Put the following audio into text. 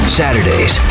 saturdays